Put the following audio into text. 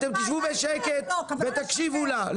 אתם תשבו בשקט ותקשיבו לה,